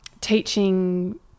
teaching